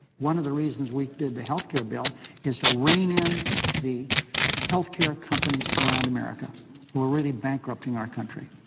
one of the reasons we did the health care bill is to rein in the health care companies around america who are really bankrupting our country.